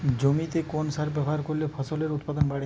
জমিতে কোন সার ব্যবহার করলে ফসলের উৎপাদন বাড়ে?